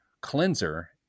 cleanser